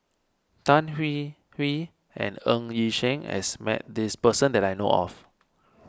Tan Hwee Hwee and Ng Yi Sheng has met this person that I know of